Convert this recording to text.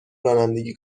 رانندگی